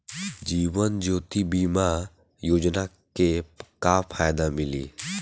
जीवन ज्योति बीमा योजना के का फायदा मिली?